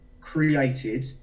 created